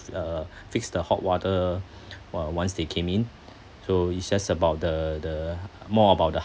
uh fixed the hot water o~ once they came in so it's just about the the more about the